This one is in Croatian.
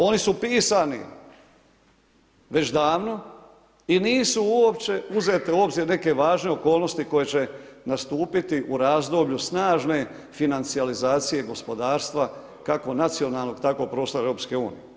Oni su pisani već davno i nisu uopće uzete u obzir neke važne okolnosti koje će nastupiti u razdoblju snažne financijalizacije gospodarstva kako nacionalnog, tako prostora Europske unije.